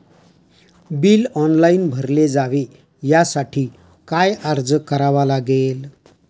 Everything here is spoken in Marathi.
बिल ऑनलाइन भरले जावे यासाठी काय अर्ज करावा लागेल?